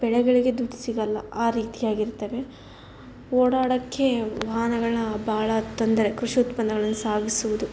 ಬೆಳೆಗಳಿಗೆ ದುಡ್ಡು ಸಿಗೋಲ್ಲ ಆ ರೀತಿಯಾಗಿರ್ತವೆ ಓಡಾಡೋಕ್ಕೆ ವಾಹನಗಳನ್ನ ಭಾಳ ತೊಂದರೆ ಕೃಷಿ ಉತ್ಪನ್ನಗಳನ್ನು ಸಾಗಿಸೋದು